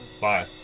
Bye